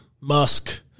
Musk